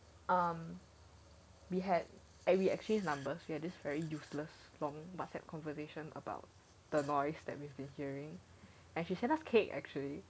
um we had we exchange numbers we had this very useless long whatsapp conversation about the noise that we've been hearing as she sent us cake actually